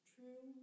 True